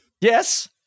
Yes